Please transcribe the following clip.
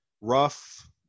rough